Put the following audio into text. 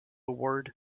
award